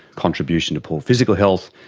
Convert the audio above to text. contribution to poor physical health,